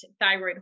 thyroid